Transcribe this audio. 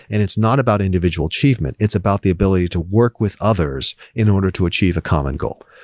and it's not about individual achievement. it's about the ability to work with others in order to achieve a common goal.